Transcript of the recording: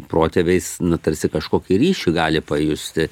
protėviais na tarsi kažkokį ryšį gali pajusti